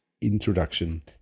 introduction